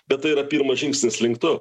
bet tai yra pirmas žingsnis link to